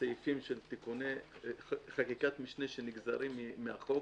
סעיפים של חקיקת משנה שנגזרים מהחוק